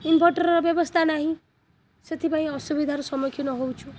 ଇନଭର୍ଟର୍ର ବ୍ୟବସ୍ଥା ନାହିଁ ସେଥିପାଇଁ ଅସୁବିଧାର ସମ୍ମୁଖୀନ ହେଉଛୁ